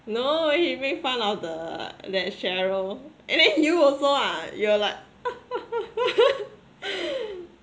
no he made fun of the that cheryl and then you also ah you're like